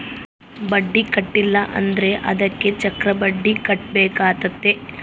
ಬಡ್ಡಿ ಕಟ್ಟಿಲ ಅಂದ್ರೆ ಅದಕ್ಕೆ ಚಕ್ರಬಡ್ಡಿ ಕಟ್ಟಬೇಕಾತತೆ